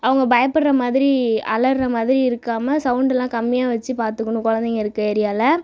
அவங்க பயப்புடுற மாதிரி அலர்ற மாதிரி இருக்காமல் சவுண்ட்டுல்லாம் கம்மியாக வச்சு பார்த்துக்கணும் குழந்தைகயிருக்க ஏரியாவில்